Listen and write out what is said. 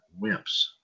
wimps